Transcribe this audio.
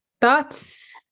thoughts